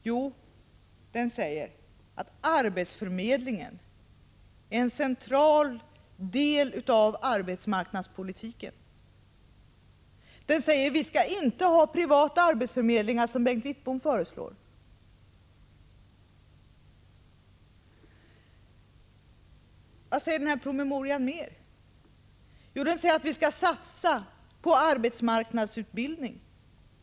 Jo, där sägs att arbetsförmedlingen är en central del av arbetsmarknadspolitiken och att vi inte skall ha privata arbetsförmedlingar som Bengt Wittbom föreslår. Vad mera sägs i promemorian? Jo, att vi skall satsa på arbetsmarknadsutbildningen.